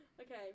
Okay